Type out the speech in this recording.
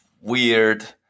weird